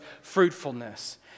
fruitfulness